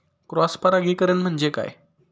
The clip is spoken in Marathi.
क्रॉस परागीकरण म्हणजे काय?